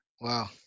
Wow